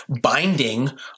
binding